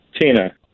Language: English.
Tina